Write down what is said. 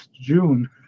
June